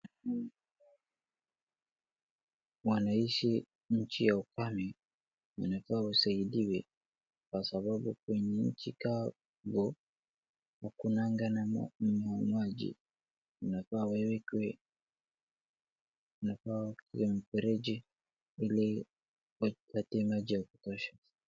Wanaishi nchi ya ukame wanafaa wasaidiwe Kwa sababu kwenye nchi kavu hakunaga maji wanafaa waekwe mfereji ili wajipatie maji ya kutosha.